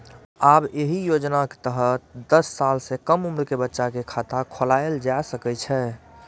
आब एहि योजनाक तहत दस साल सं कम उम्र के बच्चा के खाता खोलाएल जा सकै छै